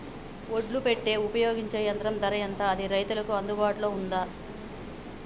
ఒడ్లు పెట్టే ఉపయోగించే యంత్రం ధర ఎంత అది రైతులకు అందుబాటులో ఉందా?